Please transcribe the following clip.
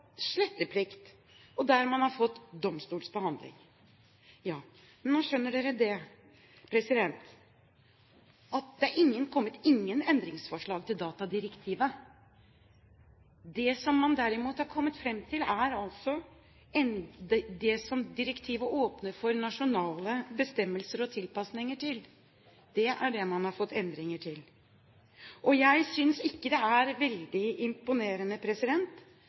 sletteplikt, og der man har fått domstolsbehandling. Det har ikke kommet noen endringsforslag til datadirektivet. Det man derimot har kommet fram til, er det som direktivet åpner av for nasjonale bestemmelser og tilpasninger. Det er der man har fått endringer. Jeg synes ikke det er veldig imponerende,